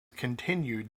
continued